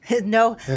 No